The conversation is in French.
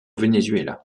venezuela